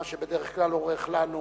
מה שבדרך כלל אורך לנו